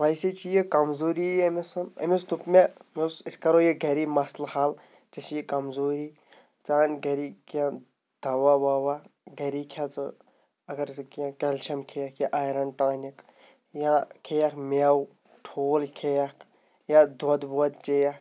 ویسے چھِ یہِ کَمزوٗری یی أمِس أمِس دوٚپ مےٚ أسۍ کَرو یہِ گَری مَسلہٕ حَل ژےٚ چھی یہِ کَمزوٗری ژٕ اَن گَری کیٚنٛہہ دَوا وَوا گَری کھےٚ ژٕ اَگر ژٕ کیٚنٛہہ کٮ۪لشِیَم کھیٚیَکھ یا اَیرَن ٹانِک یا کھیٚیَکھ میوٕ ٹھوٗل کھیٚیَکھ یا دۄد وۄد چیٚیَکھ